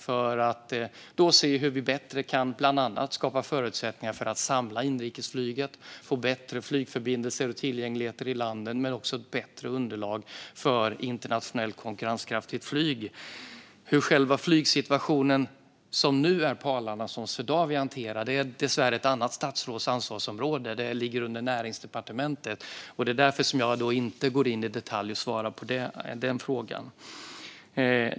Då får vi ser hur vi bland annat bättre kan skapa förutsättningar för att samla inrikesflyget, få bättre flygförbindelser och tillgänglighet i landet samt ett bättre underlag för internationellt konkurrenskraftigt flyg. Hur själva flygsituationen nu ser ut på Arlanda och som Swedavia hanterar är dessvärre ett annat statsråds ansvarsområde. Det ligger under Näringsdepartementet. Det är därför som jag inte går in i detalj och svarar på den frågan.